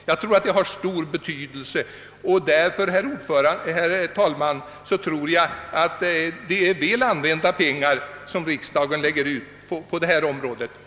Enligt min mening har detta stor betydelse, och därför, herr talman, tror jag att det är väl använda pengar som riksdagen lägger ut på detta område.